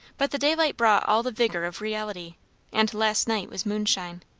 but the daylight brought all the vigour of reality and last night was moonshine.